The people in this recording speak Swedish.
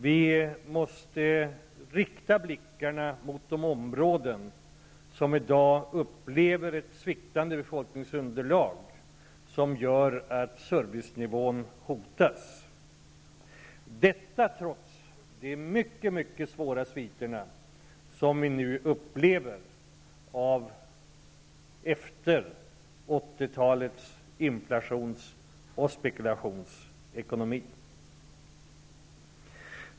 Vi måste rikta blickarna mot de områden som i dag upplever ett sviktande befolkningsunderlag som gör att servicenivån hotas, detta trots de mycket mycket svåra sviter som vi nu upplever efter 80-talets inflations och spekulationsekonomi.